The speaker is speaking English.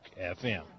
FM